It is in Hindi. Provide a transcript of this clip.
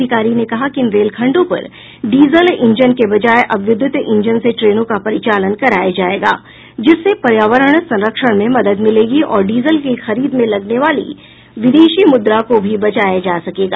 अधिकारी ने कहा कि इन रेलखंडों पर डीजल इंजन के बजाय अब विद्युत इंजन से ट्रनों का परिचालन कराया जायेगा जिससे पर्यावरण संरक्षण में मदद मिलेगी और डीजल की खरीद में लगने वाली विदेशी मुद्रा को भी बचाय जा सकेगा